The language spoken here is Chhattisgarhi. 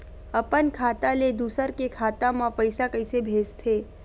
अपन खाता ले दुसर के खाता मा पईसा कइसे भेजथे?